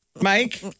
Mike